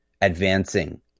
advancing